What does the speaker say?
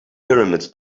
pyramids